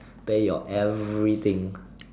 pay your everything